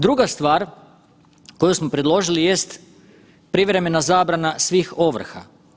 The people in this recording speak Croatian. Druga stvar koju smo predložili jest privremena zabrana svih ovrha.